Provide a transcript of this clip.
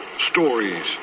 stories